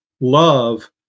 love